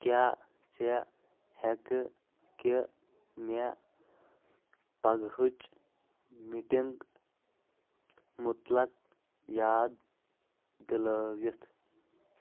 کیٛاہ ژےٚ ہٮ۪کہٕ کہِ مےٚ پگہٕچ مِٹِنٛگ مُتلَق یاد دِلٲوِتھ